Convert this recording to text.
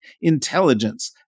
intelligence